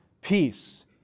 peace